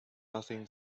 nothing